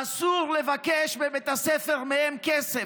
אסור לבית הספר לבקש מהם כסף.